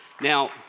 Now